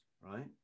right